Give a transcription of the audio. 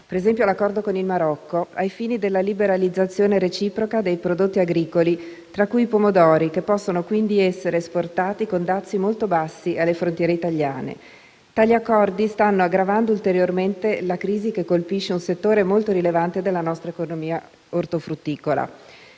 ad esempio l'accordo con il Marocco, ai fini della liberalizzazione reciproca dei prodotti agricoli, tra cui i pomodori, che possono quindi essere esportati con dazi molto bassi alle frontiere italiane. Tali accordi stanno dunque aggravando ulteriormente la crisi che colpisce un settore molto rilevante della nostra economia ortofrutticola.